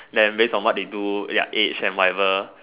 then based on what they do ya age and whatever